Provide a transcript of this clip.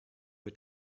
mit